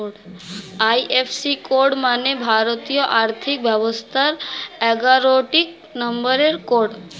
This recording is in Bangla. আই.এফ.সি কোড মানে ভারতীয় আর্থিক ব্যবস্থার এগারোটি নম্বরের কোড